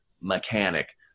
mechanic